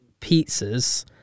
pizzas